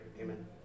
Amen